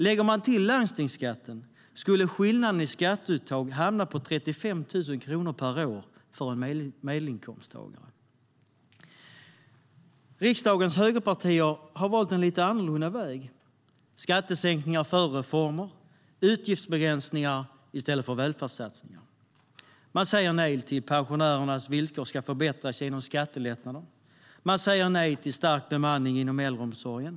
Lägger man till landstingsskatten skulle skillnaden i skatteuttag hamna på 35 000 kronor per år för en medelinkomsttagare. Riksdagens högerpartier har valt en lite annorlunda väg: skattesänkningar före reformer, utgiftsbegränsningar i stället för välfärdssatsningar. Man säger nej till att pensionärernas villkor ska förbättras genom skattelättnader. Man säger nej till stärkt bemanning inom äldreomsorgen.